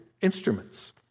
instruments